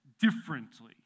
differently